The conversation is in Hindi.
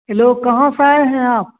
हेलो कहाँ से आए हैं आप